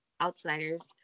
outsiders